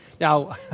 Now